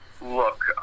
look